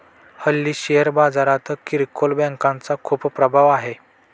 हल्ली शेअर बाजारात किरकोळ बँकांचा खूप प्रभाव आहे